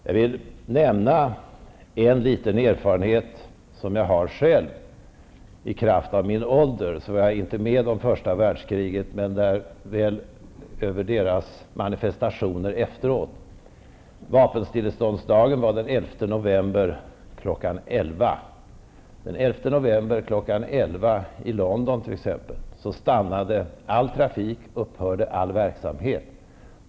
Jag vill nämna en liten erfarenhet som jag själv har i kraft av min ålder. Jag var inte med om första världskriget men väl om manifestationerna efteråt. 11. Den 11 november kl. 11 stannade all trafik, t.ex. i London, och upphörde all annan verksamhet.